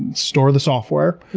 store the software.